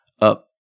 up